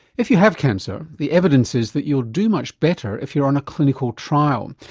if you have cancer, the evidence is that you'll do much better if you're on a clinical trial.